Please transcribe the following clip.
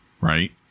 right